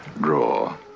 draw